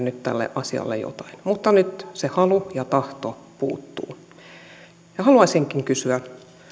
nyt tälle asialle jotain mutta nyt se halu ja tahto puuttuu haluaisinkin kysyä